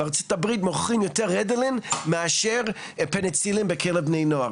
בארצות הברית מוכרים יותר אדלן מאשר פניצילין בקרב בני נוער.